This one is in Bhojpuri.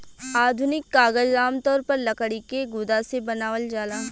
आधुनिक कागज आमतौर पर लकड़ी के गुदा से बनावल जाला